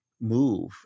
move